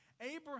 Abraham